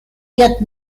quatre